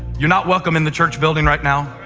you're not welcome in the church building right now.